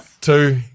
Two